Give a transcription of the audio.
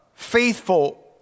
faithful